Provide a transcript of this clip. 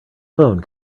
phone